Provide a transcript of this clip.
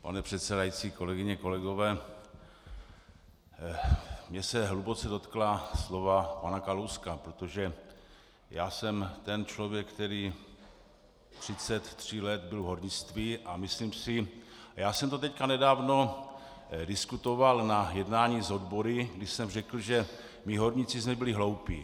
Pane předsedající, kolegyně, kolegové, mě se hluboce dotkla slova pana Kalouska, protože já jsem ten člověk, který 33 let byl v hornictví a myslím si, a já jsem to teď nedávno diskutoval na jednání s odbory, když jsem řekl, že my horníci jsme byli hloupí.